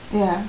ya